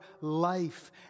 life